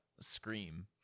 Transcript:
scream